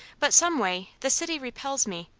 but someway the city repels me.